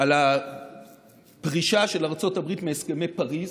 על הפרישה של ארצות הברית מהסכמי פריז